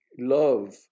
love